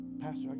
Pastor